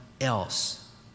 else